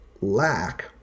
lack